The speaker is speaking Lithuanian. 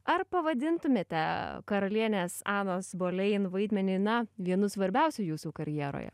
ar pavadintumėte karalienės anos bolein vaidmenį na vienu svarbiausių jūsų karjeroje